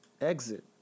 exit